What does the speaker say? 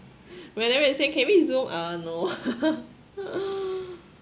whenever they saying can we zoom uh no